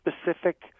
specific